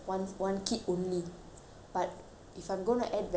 but if I'm gonna add valentina it's very difficult